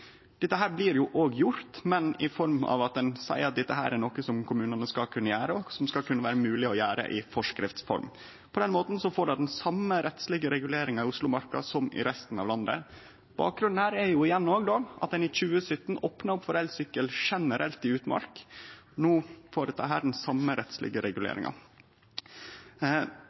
Dette blir òg gjort, men i form av at ein seier at dette er noko som kommunane skal kunne gjere, og som skal kunne vere mogleg å gjere i form av forskrift. På den måten får det den same rettslege reguleringa i Oslomarka som i resten av landet. Bakgrunnen her er – igjen – at ein i 2017 opna generelt for elsykkel i utmark. No får dette den same rettslege reguleringa.